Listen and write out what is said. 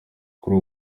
kuri